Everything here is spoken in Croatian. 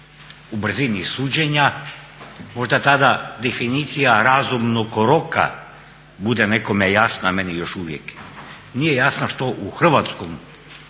u brzini suđenja. Možda tada definicija razumnog roka bude nekome jasna, meni još uvijek nije jasna što u hrvatskom